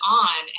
on